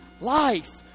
life